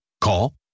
Call